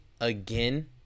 again